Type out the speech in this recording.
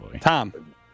Tom